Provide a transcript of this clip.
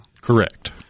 Correct